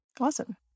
Awesome